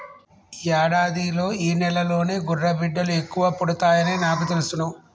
యాడాదిలో ఈ నెలలోనే గుర్రబిడ్డలు ఎక్కువ పుడతాయని నాకు తెలుసును